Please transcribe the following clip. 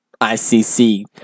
ICC